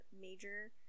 major